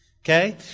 okay